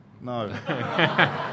No